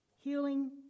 healing